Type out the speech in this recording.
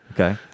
okay